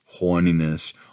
horniness